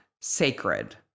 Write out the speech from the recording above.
sacred